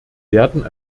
werden